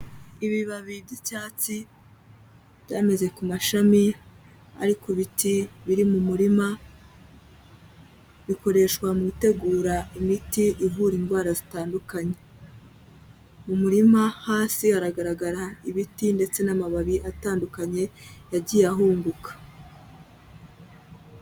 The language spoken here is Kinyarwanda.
Ibibabi by'icyatsi byameze ku mashami ari ku biti biri mu murima, bikoreshwa mu gutegura imiti ivura indwara zitandukanye, mu murima hasi haragaragara ibiti ndetse n'amababi atandukanye yagiye ahunguka.